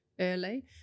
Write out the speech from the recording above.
early